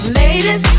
ladies